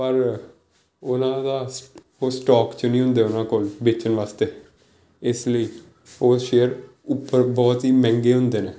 ਪਰ ਉਹਨਾਂ ਦਾ ਸ ਉਹ ਸਟੋਕ 'ਚ ਨਹੀਂ ਹੁੰਦੇ ਉਹਨਾਂ ਕੋਲ ਵੇਚਣ ਵਾਸਤੇ ਇਸ ਲਈ ਉਹ ਸ਼ੇਅਰ ਉੱਪਰ ਬਹੁਤ ਹੀ ਮਹਿੰਗੇ ਹੁੰਦੇ ਨੇ